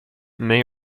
may